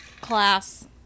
class